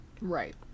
Right